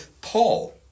Paul